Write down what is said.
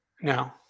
no